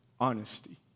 honesty